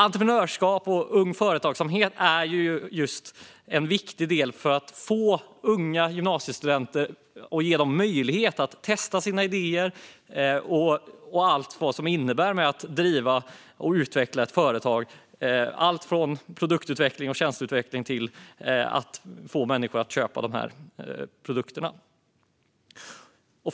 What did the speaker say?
Entreprenörskap och Ung Företagsamhet är en viktig del för att ge unga gymnasiestudenter möjlighet att testa sina idéer och se vad det innebär att driva och utveckla ett företag. Det handlar om allt från produktutveckling och tjänsteutveckling till att få människor att köpa produkterna.